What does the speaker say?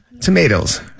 Tomatoes